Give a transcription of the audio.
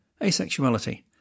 Asexuality